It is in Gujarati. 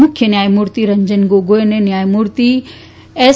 મુખ્ય ન્યાયમૂર્તિ રંજન ગોગોઈ અને ન્યાયમૂર્તિ એસ